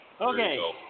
Okay